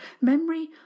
Memory